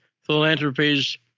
philanthropies